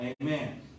Amen